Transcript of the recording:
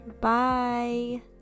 bye